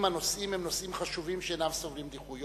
אם הנושאים הם נושאים חשובים שאינם סובלים דיחוי.